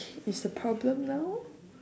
she is the problem now lor